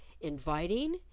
inviting